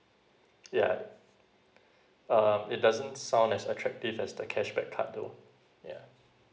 yeah uh it doesn't sound as attractive as the cashback card though yeah